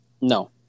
no